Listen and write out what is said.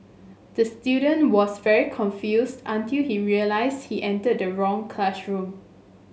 the student was very confused until he realised he entered the wrong classroom